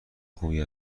خوبی